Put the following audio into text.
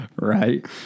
Right